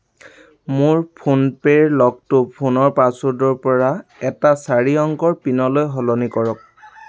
মোৰ ফোনপে'ৰ লকটো ফোনৰ পাছৱৰ্ডৰ পৰা এটা চাৰি অংকৰ পিনলৈ সলনি কৰক